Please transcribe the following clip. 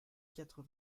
quatre